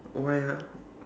why ah